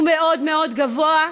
והיא מאוד מאוד גבוהה,